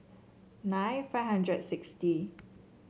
nine five hundred sixty